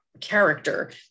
character